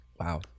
Wow